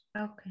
Okay